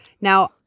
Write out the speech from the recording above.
Now